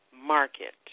market